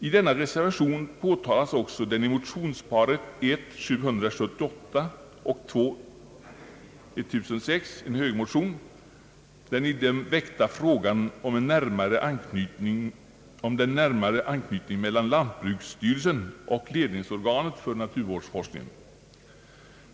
I denna reservation påtalas också den i motionsparet I: 778 och II: 1006 — ett par högermotioner — väckta frågan om en närmare anknytning mellan lantbruksstyrelsen och ledningsorganet för naturvårdsforskningen.